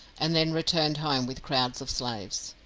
and then returned home with crowds of slaves.